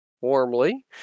warmly